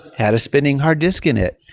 had a spinning hard disk in it,